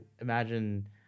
imagine